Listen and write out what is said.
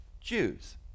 Jews